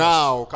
Now